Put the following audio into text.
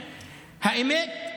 האמת,